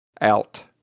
out